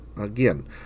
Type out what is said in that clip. Again